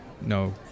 No